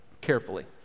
carefully